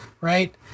right